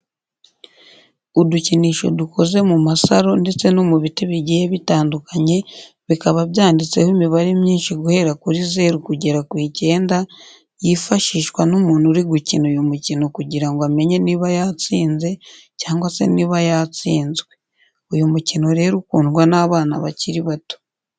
Udukinisho dukoze mu masaro ndetse no mu biti bigiye bitandukanye, bikaba byanditseho imibare myinshi guhera kuri zeru kugeza ku icyenda, yifashishwa n'umuntu uri gukina uyu mukino kugira ngo amenye niba yatsinze, cyangwa se niba yatsinzwe. Uyu mukino rero ukundwa n'abana bakiri bato.